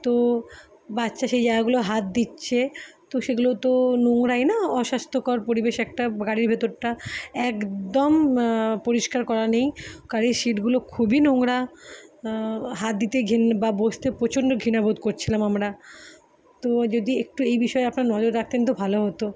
তো বাচ্চা সেই জায়গাগুলো হাত দিচ্ছে তো সেগুলো তো নোংরাই না অস্বাস্থ্যকর পরিবেশ একটা গাড়ির ভেতরটা একদম পরিষ্কার করা নেই গাড়ির সিটগুলো খুবই নোংরা হাত দিতে ঘেন বা বসতে প্রচণ্ড ঘৃণা বোধ করছিলাম আমরা তো যদি একটু এই বিষয়ে আপনার নজর রাখতেন তো ভালো হতো